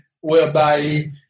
whereby